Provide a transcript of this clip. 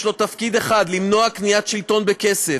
יש לו תפקיד אחד: למנוע קניית שלטון בכסף.